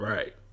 Right